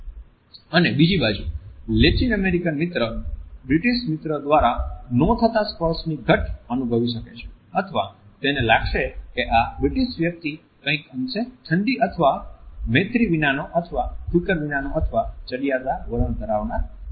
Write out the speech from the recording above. અને બીજી બાજુ લેટીન અમેરિકન મિત્ર બ્રિટીશ મિત્ર દ્વારા ન થતા સ્પર્શની ઘટ અનુભવી શકે છે અથવા તેને લાગશે કે આ બ્રિટિશ વ્યક્તિ કંઈક અંશે ઠંડી અથવા મૈત્રી વિનાનો અથવા ફિકર વિનાનો અથવા ચડિયાતા વલણ ધરાવનાર છે